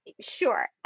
Sure